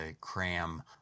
cram